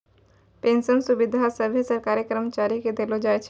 pension सुविधा सभे सरकारी कर्मचारी के देलो जाय छै